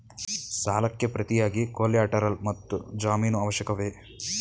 ಸಾಲಕ್ಕೆ ಪ್ರತಿಯಾಗಿ ಕೊಲ್ಯಾಟರಲ್ ಮತ್ತು ಜಾಮೀನು ಅತ್ಯವಶ್ಯಕವೇ?